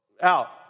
out